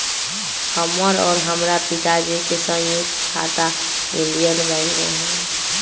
हमर और हमरा पिताजी के संयुक्त खाता इंडियन बैंक में हई